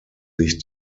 sich